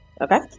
Okay